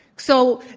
so,